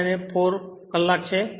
9 અને 4 કલાક છે